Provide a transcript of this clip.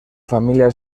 familia